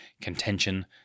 contention